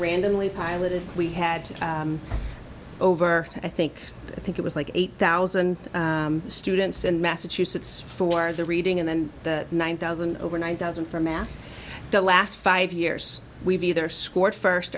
randomly piloted we had to over i think i think it was like eight thousand students in massachusetts for the reading and then the nine thousand over nine thousand for math the last five years we've either scored first